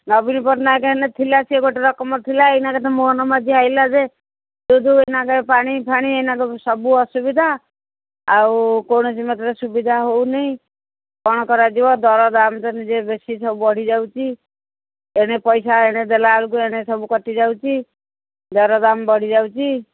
ନବୀନ ପଟ୍ଟନାୟକ ଏନେ ଥିଲା ସିଏ ଗୋଟେ ରକମ ଥିଲା ଏଇନା ତ ମୋହନ ମାଝି ଆସିଲା ଯେ ସେ ଏବେ ପାଣି ଫାଣି ଏବେ ସବୁ ଅସୁବିଧା ଆଉ କୌଣସି ମାତ୍ର ସୁବିଧା ହେଉନି କ'ଣ କରାଯିବ ଦରଦାମ ତ ନିଜେ ବେଶି ସବୁ ବଢ଼ିଯାଉଛି ଏଣେ ପଇସା ଏଣେ ଦେଲା ବେଳକୁ ଏଣେ ସବୁ କଟିଯାଉଛି ଦରଦାମ ବଢ଼ିଯାଉଛି